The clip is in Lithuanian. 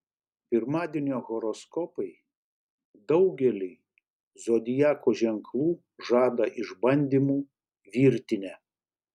pirmadienio horoskopai daugeliui zodiako ženklų žada išbandymų virtinę